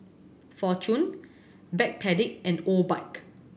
Fortune Backpedic and Obike